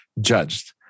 judged